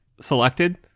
selected